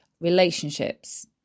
Relationships